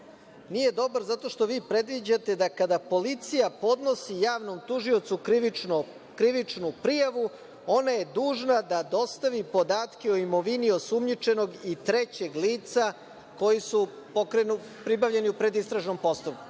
Nije dobar zato što vi predviđate da kada policija podnosi javnom tužiocu krivičnu prijavu, ona je dužna da dostavi podatke o imovini osumnjičenog i trećeg lica koji su pribavljeni u predistražnom postupku. Šta